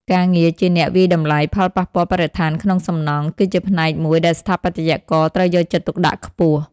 ការងារជាអ្នកវាយតម្លៃផលប៉ះពាល់បរិស្ថានក្នុងសំណង់ គឺជាផ្នែកមួយដែលស្ថាបត្យករត្រូវយកចិត្តទុកដាក់ខ្ពស់។